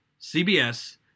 CBS